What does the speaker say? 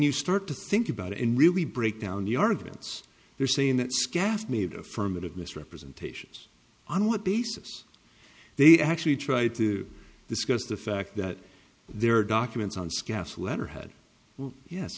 you start to think about it and really break down the arguments they're saying that's gast made affirmative misrepresentations on what basis they actually tried to discuss the fact that there are documents on scouse letterhead